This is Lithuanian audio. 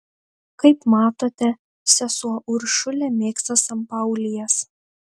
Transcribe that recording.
kaip matote sesuo uršulė mėgsta sanpaulijas